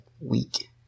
week